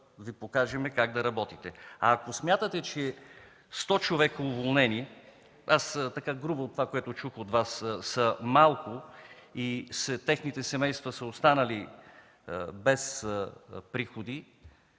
Ви покажем как да работите. А ако смятате, че 100 уволнени човека – грубо от това, което чух от Вас, са малко и техните семейства са останали без приходи,